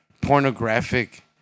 pornographic